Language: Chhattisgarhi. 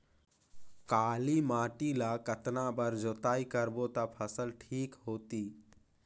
काली माटी ला कतना बार जुताई करबो ता फसल ठीक होती?